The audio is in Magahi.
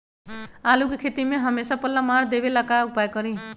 आलू के खेती में हमेसा पल्ला मार देवे ला का उपाय करी?